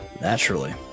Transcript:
naturally